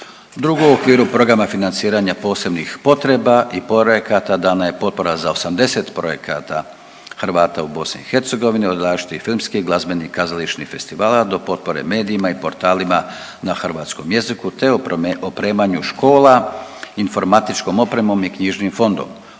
Drugo, u okviru programa financiranja posebnih potreba i projekata, dana je potpora za 80 projekata Hrvata u BiH o zaštiti filmske, glazbene i kazališnih festivala do potpore medijima i portalima na hrvatskom jeziku te opremanju škola informatičkom opremom i knjižnim fondom.